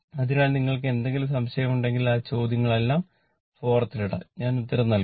അതിനാൽ നിങ്ങൾക്ക് എന്തെങ്കിലും സംശയമുണ്ടെങ്കിൽ ആ ചോദ്യങ്ങളെല്ലാം ഫോറത്തിൽ ഇടാം ഞാൻ ഉത്തരം നൽകും